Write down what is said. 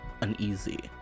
uneasy